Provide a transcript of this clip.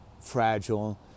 fragile